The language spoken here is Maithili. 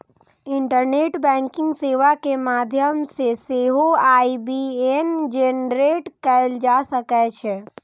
इंटरनेट बैंकिंग सेवा के माध्यम सं सेहो आई.बी.ए.एन जेनरेट कैल जा सकै छै